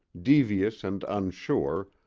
devious and unsure,